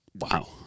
wow